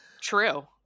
true